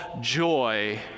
joy